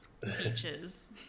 Beaches